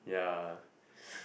yeah